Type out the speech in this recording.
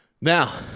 Now